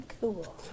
cool